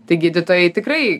tai gydytojai tikrai